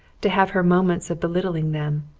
to have her moments of belittling them,